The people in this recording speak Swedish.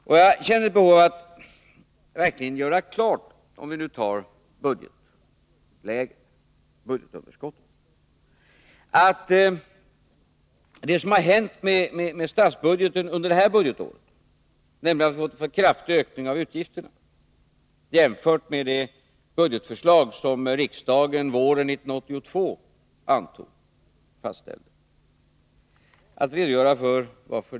För att nu återkomma till budgetunderskottet känner jag ett behov av att redogöra för varför det gick som det gick med statsbudgeten under innevarande budgetår, nämligen att vi har fått en kraftig ökning av utgifterna jämfört med det budgetförslag som riksdagen fastställde våren 1982.